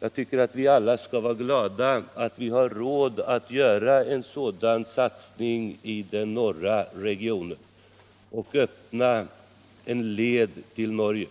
Jag tycker att vi alla skall vara glada att vi har råd att göra en sådan satsning i den norra regionen och därmed öppna en led till Norge.